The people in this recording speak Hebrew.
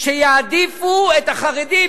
שיעדיפו את החרדי,